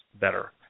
better